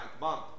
month